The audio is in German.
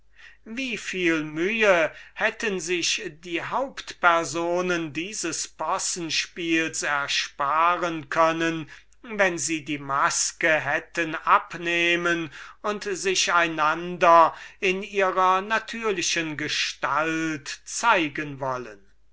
wie viel mühe hätten sich die haupt personen dieser farce ersparen können wenn sie die maske hätten abnehmen und sich einander in puris naturalibus zeigen wollen